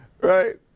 right